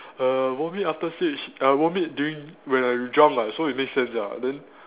err vomit after stage uh vomit during when I drunk [what] so it makes sense ah then